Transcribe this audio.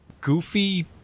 goofy